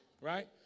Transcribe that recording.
Right